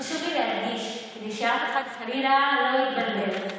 חשוב לי להדגיש, כדי שאף אחד חלילה לא יתבלבל: